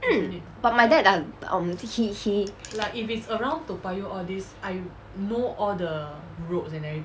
mm but my dad don~ um he he